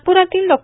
नागपुरातील डॉ